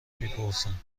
میپرسم